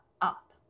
up